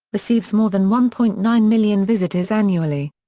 receives more than one point nine million visitors annually.